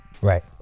Right